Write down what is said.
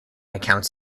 accounts